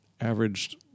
averaged